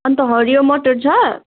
अनि त्यो हरियो मटर छ